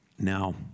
Now